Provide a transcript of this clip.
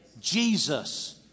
Jesus